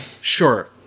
Sure